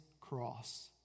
cross